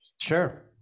Sure